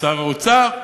שר האוצר,